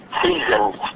seasons